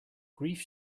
grief